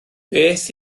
beth